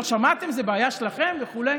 לא שמעתם, זו בעיה שלכם וכו'.